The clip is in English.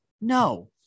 No